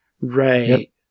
Right